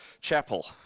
chapel